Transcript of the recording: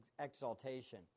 exaltation